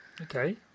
Okay